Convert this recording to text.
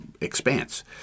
expanse